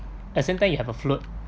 at the same time you have a float